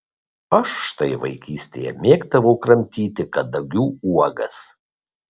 aš štai vaikystėje mėgdavau kramtyti kadagių uogas